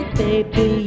baby